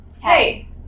Hey